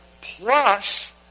Plus